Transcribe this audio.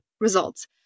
results